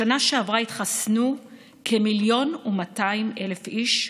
בשנה שעברה התחסנו כמיליון ו-200,000 איש,